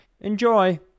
Enjoy